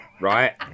right